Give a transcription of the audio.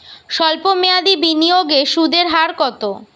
সল্প মেয়াদি বিনিয়োগে সুদের হার কত?